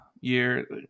year